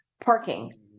parking